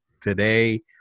today